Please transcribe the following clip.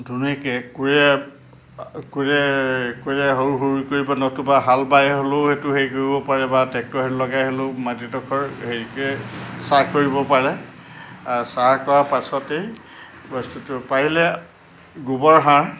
ধুনীয়াকৈ কোৰেৰে কোৰেৰে কোৰে সৰু সৰুকৈ নতুবা হাল বাই হ'লেও সেইটো হেৰি কৰিব পাৰে বা ট্ৰেক্টৰ লগাই হ'লেও মাটিডোখৰ হেৰিকে চাহ কৰিব পাৰে চাহ কৰা পাছতেই বস্তুটো পাৰিলে গোবৰ সাৰ